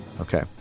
Okay